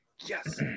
Yes